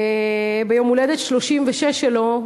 ביום ההולדת 36 שלו,